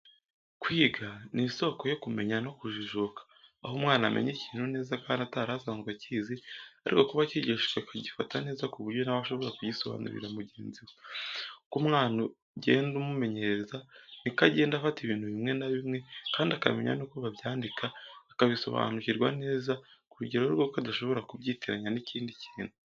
Kwiga ni isoko yo kumenya no kujijuka aho umwana amenya ikintu neza kandi atarasanzwe akizi ariko kuko acyigishijwe akagifata neza ku buryo na we ashobora kugisobanurira mugenzi we. Uko umwana ugenda umumenyereza ni ko agenda afata ibintu bimwe na bimwe kandi akamenya nuko babyandika akabisobanukirwa neza ku rugero rw'uko adashobora kubyitiranya n'ikindi kintu.